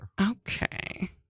Okay